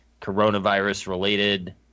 coronavirus-related